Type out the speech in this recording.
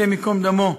השם ייקום דמו,